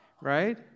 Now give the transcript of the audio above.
right